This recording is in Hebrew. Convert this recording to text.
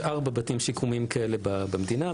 יש ארבעה בתים שיקומיים כאלה במדינה,